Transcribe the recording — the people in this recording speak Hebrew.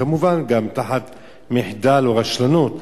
כמובן גם בגלל מחדל או רשלנות,